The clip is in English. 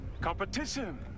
Competition